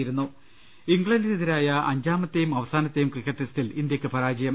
ലലലലലലലലലലലലല ഇംഗ്ലണ്ടിനെതിരായ അഞ്ചാമത്തെയും അവസാന ത്തെയും പ്രകിക്കറ്റ് ടെസ്റ്റിൽ ഇന്ത്യക്ക് പരാജയം